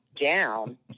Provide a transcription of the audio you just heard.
down